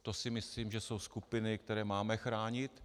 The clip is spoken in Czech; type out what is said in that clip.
To si myslím, že jsou skupiny, které máme chránit.